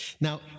Now